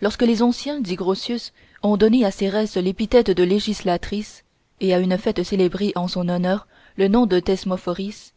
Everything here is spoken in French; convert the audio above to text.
lorsque les anciens dit grotius ont donné à cérès l'épithète de législatrice et à une fête célébrée en son honneur le nom de thesmophories